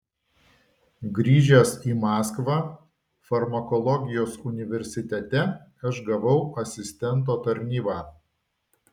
grįžęs į maskvą farmakologijos universitete aš gavau asistento tarnybą